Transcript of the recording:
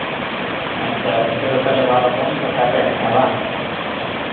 ᱟᱪᱪᱷᱟ ᱟᱯᱮ ᱥᱮᱫ ᱫᱚ ᱛᱟᱦᱞᱮ ᱵᱟᱨ ᱨᱚᱠᱚᱢ ᱫᱟᱸᱥᱟᱭ ᱯᱮ ᱮᱱᱮᱡᱟ ᱵᱟᱝ